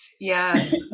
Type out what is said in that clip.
yes